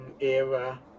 era